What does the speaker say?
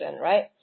right